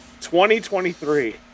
2023